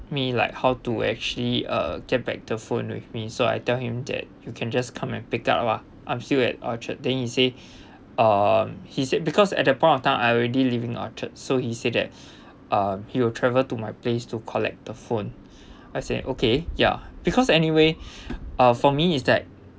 me like how to actually uh get back the phone with me so I tell him that you can just come and pick up ah I'm still at orchard then he say um he said because at that point of time I already leaving orchard so he said that um he will travel to my place to collect the phone I say okay ya because anyway uh for me is that